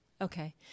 okay